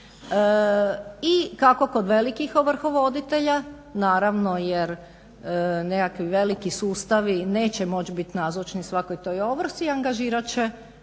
I kako kod velikih ovrhovoditelja naravno jer nekakvi veliki sustavi neće moć biti nazočni svakoj toj ovrsi i angažirat